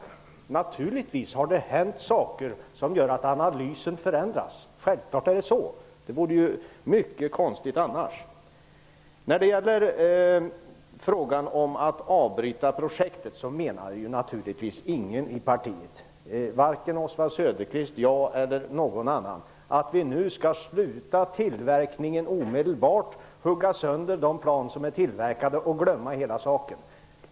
Det har naturligtvis hänt saker som gör att analyser förändras. Självfallet är det så. Det vore mycket konstigt annars. Beträffande frågan om att avbryta projektet menar naturligtvis ingen i partiet, vare sig Oswald Söderqvist, jag eller någon annan, att man omedelbart skall upphöra med tillverkningen, hugga sönder de plan som är tillverkade och glömma hela saken.